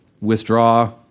withdraw